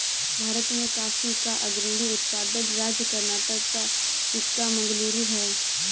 भारत में कॉफी का अग्रणी उत्पादक राज्य कर्नाटक का चिक्कामगलूरू है